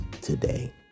today